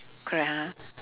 correct ha